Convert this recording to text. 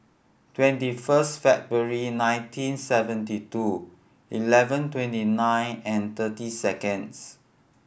twenty first February nineteen seventy two eleven twenty nine and thirty seconds